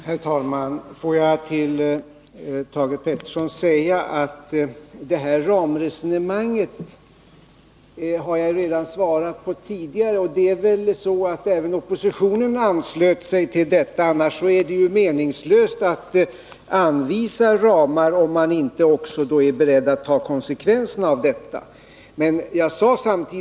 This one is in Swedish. Herr talman! Får jag till Thage Peterson säga att jag redan tidigare har svarat beträffande det här ramresonemanget. Även oppositionen anslöt sig till detta. Det är ju meningslöst att anvisa ramar, om man sedan inte är beredd att ta konsekvenserna härav.